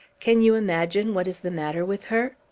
can you imagine what is the matter with her?